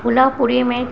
छोला पूरी में